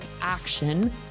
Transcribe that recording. action